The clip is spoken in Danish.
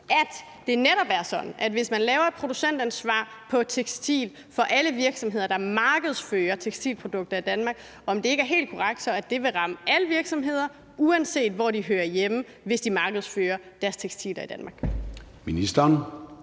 at det netop er sådan, at hvis man laver et producentansvar på tekstil for alle virksomheder, der markedsfører tekstilprodukter i Danmark, så vil det ramme alle virksomheder, uanset hvor de hører hjemme, hvis de altså markedsfører deres tekstiler i Danmark.